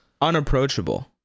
Unapproachable